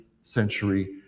century